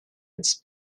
its